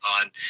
on